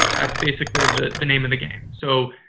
that's basically the the name of the game. so,